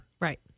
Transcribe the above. Right